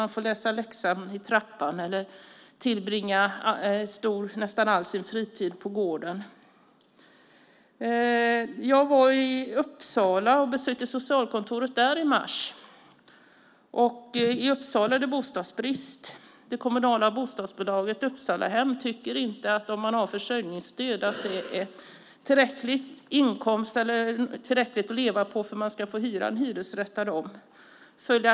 Man får läsa läxan i trappan eller tillbringa nästan all sin fritid på gården. Jag var i Uppsala och besökte socialkontoret där i mars. I Uppsala är det bostadsbrist. Det kommunala bostadsbolaget Uppsalahem tycker inte att försörjningsstöd är en tillräcklig inkomst eller tillräckligt att leva på för att man ska få hyra en hyresrätt av dem.